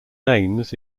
names